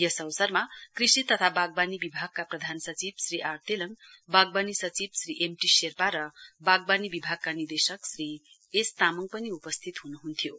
यस अवसरमा कृषि तथा वागवाणी विभागका प्रधान सचिव श्री आर तेलङ वागवाणी सचिव श्री एमटी शेर्पा र वागवाणी विभागका निर्देशक श्री एस तामाङ पनि उपस्थित हन्हन्थ्यो